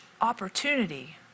opportunity